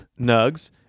Nugs